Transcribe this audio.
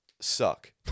suck